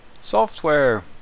software